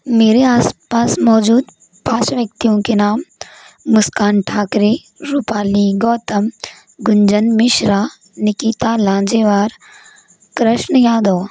मेरे आस पास मौजूद पाँच व्यक्तियों के नाम मुस्कान ठाकरे रुपाली गौतम गुंजन मिश्रा निकिता लांजेवार कृष्ण यादव